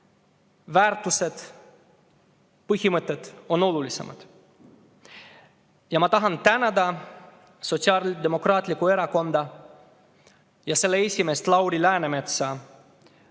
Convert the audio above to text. väärtused ja põhimõtted on olulisemad. Ma tahan tänada Sotsiaaldemokraatlikku Erakonda ja selle esimeest Lauri Läänemetsa